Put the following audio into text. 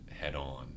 head-on